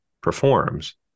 performs